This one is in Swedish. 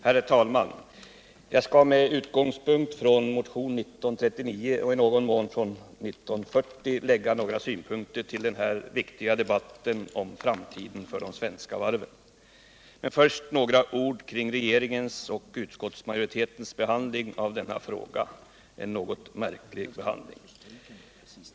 Herr talman! Jag skall med utgångspunkt i motionen 1939 och, i någon mån, i propositionen 1940 anlägga några synpunkter på den viktiga debatten om de svenska varvens framtid. Först några ord beträffande regeringens och utskottsmajoritetens något märkliga behandling av frågan.